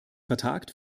vertagt